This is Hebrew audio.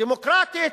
דמוקרטית,